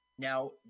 Now